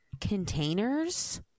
containers